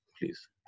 please